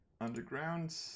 underground